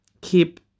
Keep